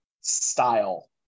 style